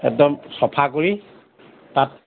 একদম চাফা কৰি তাত